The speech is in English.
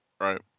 Right